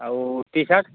ଆଉ T shirt